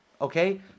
okay